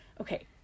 okay